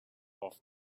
off